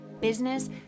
business